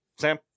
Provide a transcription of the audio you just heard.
Sam